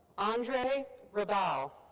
andre ribau.